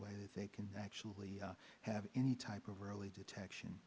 way that they can actually have any type of early detection